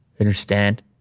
Understand